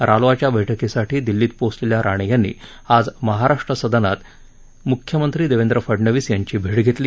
रालोआच्या बैठकीसाठी दिल्लीत पोचलेल्या राणे यांनी आज महाराष्ट्र सदनात मुख्यमंत्री देवेंद्र फडनवीस यांची भेट घेतली